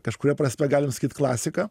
kažkuria prasme galim sakyt klasika